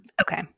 Okay